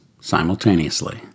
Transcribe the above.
simultaneously